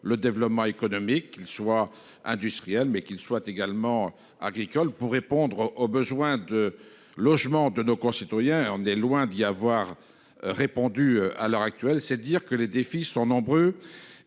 le développement économique qu'ils soient industriels mais qu'il soit également agricole pour répondre aux besoins de logement de nos concitoyens. On est loin d'y avoir répondu à l'heure actuelle, c'est dire que les défis sont nombreux